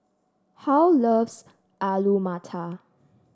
Harl loves Alu Matar